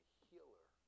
healer